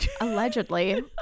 Allegedly